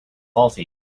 faulty